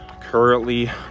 Currently